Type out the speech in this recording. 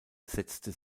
setzte